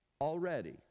already